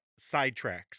sidetracks